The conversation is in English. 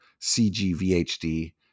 CGVHD